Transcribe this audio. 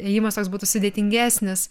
ėjimas toks būtų sudėtingesnis